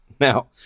Now